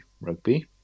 Rugby